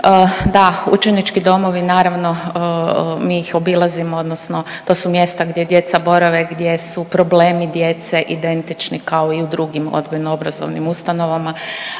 Da, učenički domovi naravno mi ih obilazimo, odnosno to su mjesta gdje djeca borave gdje su problemi djece identični kao i u drugim odgojno-obrazovnim ustanovama.